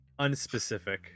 unspecific